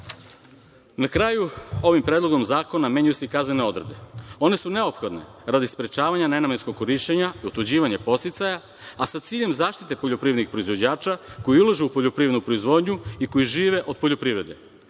kraju, ovim Predlogom zakona, menjaju se i kaznene odredbe. One su neophodne radi sprečavanja nenamenskog korišćenja, otuđivanja podsticaja, a sa ciljem zaštite poljoprivrednih proizvođača koji ulažu u poljoprivrednu proizvodnju i koji žive od poljoprivrede.